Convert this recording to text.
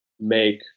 make